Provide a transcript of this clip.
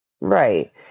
Right